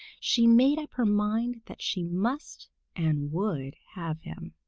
she made up her mind that she must and would have him.